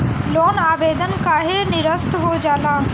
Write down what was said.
Loan आवेदन काहे नीरस्त हो जाला?